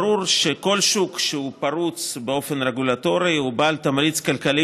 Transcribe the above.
ברור שכל שוק שהוא פרוץ באופן רגולטורי ובעל תמריץ כלכלי